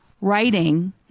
writing